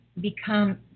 become